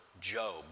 Job